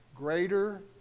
Greater